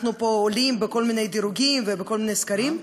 עולים בכל מיני דירוגים ובכל מיני סקרים,